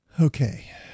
Okay